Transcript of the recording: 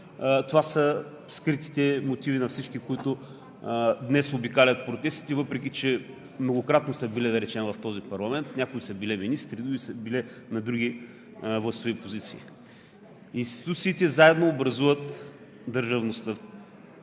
това са скритите мотиви на всички, които днес обикалят протестите, въпреки че многократно са били, да речем, в този парламент – някои са били министри, други са били на други властови позиции. Институциите заедно образуват държавността